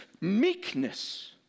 meekness